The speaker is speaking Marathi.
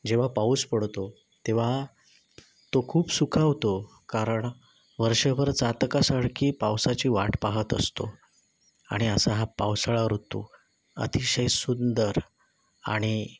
जेव्हा पाऊस पडतो तेव्हा तो खूप सुखावतो कारण वर्षभर चातकासारखी पावसाची वाट पाहात असतो आणि असा हा पावसाळा ऋतू अतिशय सुंदर आणि